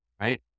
Right